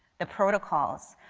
the protocols.